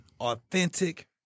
authentic